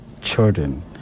children